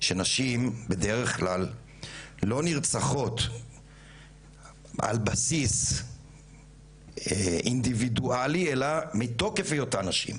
שנשים בדרך כלל לא נרצחות על בסיס אינדיווידואלי אלא מתוקף היותן נשים.